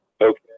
Okay